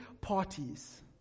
parties